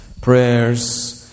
prayers